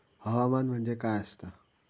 हवामान म्हणजे काय असता?